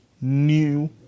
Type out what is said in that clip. new